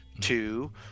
two